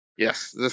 Yes